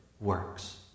works